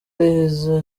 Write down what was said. riza